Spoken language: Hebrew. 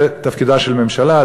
זה תפקידה של ממשלה,